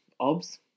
obs